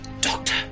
Doctor